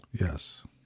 Yes